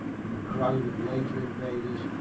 and the crowd of later invaders,